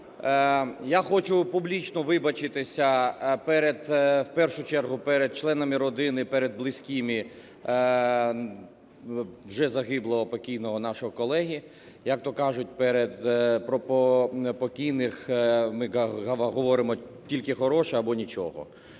Я хочу публічно вибачитися в першу чергу перед членами родини і перед близькими вже загиблого, покійного нашого колеги, як то кажуть, про покійних ми говоримо тільки хороше або нічого.